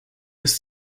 ist